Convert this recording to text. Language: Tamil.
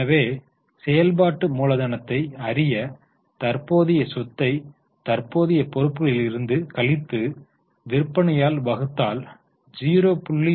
எனவே செயல்பாட்டு மூலதனத்தை அறிய தற்போதைய சொத்தை தற்போதைய பொறுப்புகளில் இருந்து கழித்து விற்பனையால் வகுத்தால் 0